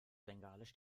bengalisch